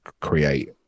create